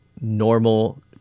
Normal